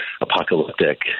apocalyptic